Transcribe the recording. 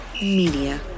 Media